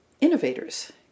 innovators